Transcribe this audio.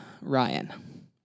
Ryan